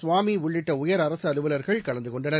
சுவாமி உள்ளிட்ட உயர் அரசு அலுவலர்கள் கலந்து கொண்டனர்